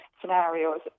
scenarios